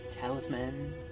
Talisman